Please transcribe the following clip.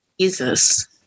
Jesus